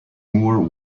moore